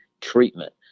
treatment